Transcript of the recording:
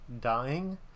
dying